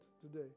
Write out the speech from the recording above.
today